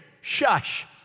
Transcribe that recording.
shush